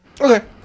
Okay